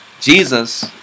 Jesus